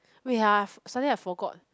wait ah suddenly I forgot